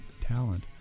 talent